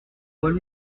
poids